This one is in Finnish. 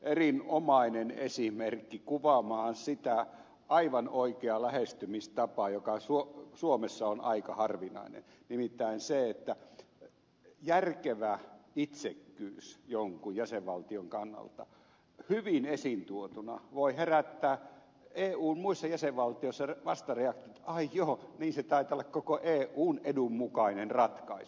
erinomainen esimerkki kuvaamaan sitä aivan oikeaa lähestymistapaa joka suomessa on aika harvinainen nimittäin se että järkevä itsekkyys jonkun jäsenvaltion kannalta hyvin esiintuotuna voi herättää eun muissa jäsenvaltioissa vastareaktion että ai joo se taitaa olla koko eun edun mukainen ratkaisu